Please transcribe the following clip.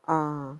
ah